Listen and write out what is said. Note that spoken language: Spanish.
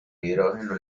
hidrógeno